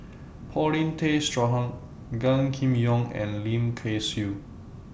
Paulin Tay Straughan Gan Kim Yong and Lim Kay Siu